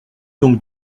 donc